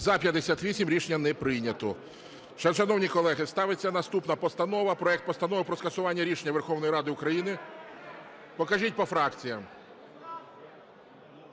За-58 Рішення не прийнято. Шановні колеги, ставиться наступна постанова. Проект Постанови про скасування рішення Верховної Ради України… (Шум у залі) Покажіть по фракціях.